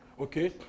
Okay